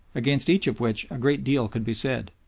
against each of which a great deal could be said.